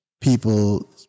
people